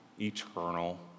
eternal